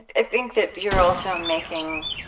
i think that you're also making